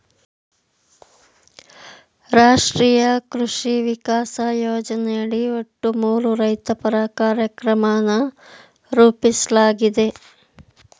ರಾಷ್ಟ್ರೀಯ ಕೃಷಿ ವಿಕಾಸ ಯೋಜನೆಯಡಿ ಒಟ್ಟು ಮೂರು ರೈತಪರ ಕಾರ್ಯಕ್ರಮನ ರೂಪಿಸ್ಲಾಗಿದೆ